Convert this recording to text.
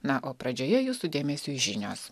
na o pradžioje jūsų dėmesiui žinios